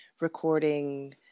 recording